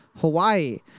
Hawaii